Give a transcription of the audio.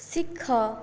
ଶିଖ